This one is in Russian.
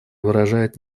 выражает